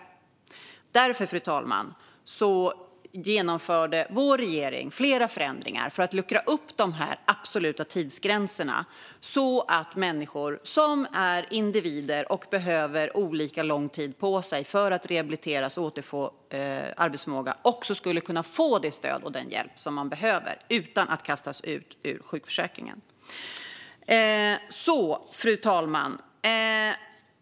Därför, fru talman, genomförde vår regering flera förändringar för att luckra upp de absoluta tidsgränserna. Människor är individer och behöver olika lång tid på sig för att rehabiliteras och återfå arbetsförmåga. Man ska kunna få det stöd och den hjälp som man behöver utan att kastas ut ur sjukförsäkringen. Fru talman!